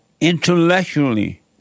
intellectually